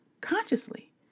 consciously